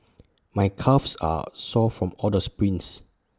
my calves are sore from all the sprints